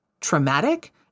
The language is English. traumatic